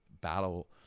battle